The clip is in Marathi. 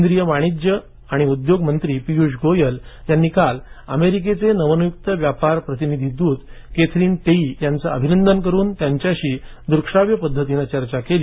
केंद्रीय वाणिज्य आणि उद्योग मंत्री पियुष गोयल यांनी काल अमेरिकेचे नवनियुक्त व्यापार प्रतिनिधी दूत केथरीन टेई यांचे अभिनंदन करून त्यांच्याशी दृक श्राव्य पद्धतीने चर्चा केली